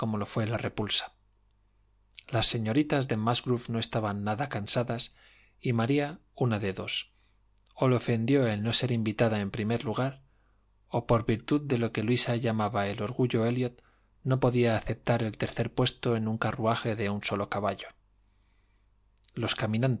lo fué la repulsa las señoritas de musgrove no estaban nada cansadas y maría una de dos o le ofendió el no ser invitada en primer lugar o por virtud de lo que luisa llamaba el orgullo elliot no podía aceptar el tercer puesto en un carruaje de un solo caballo los caminantes